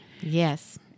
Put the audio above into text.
Yes